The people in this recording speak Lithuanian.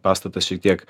pastatas šiek tiek